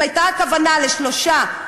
אם הייתה הכוונה לשלושה,